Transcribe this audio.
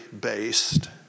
based